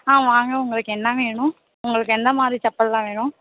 ஆ வாங்க உங்களுக்கு என்ன வேணும் உங்களுக்கு எந்தமாதிரி செப்பலெல்லாம் வேணும்